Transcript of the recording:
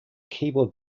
keyboard